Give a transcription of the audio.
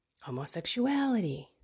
homosexuality